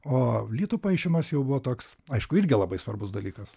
o litų paišymas jau buvo toks aišku irgi labai svarbus dalykas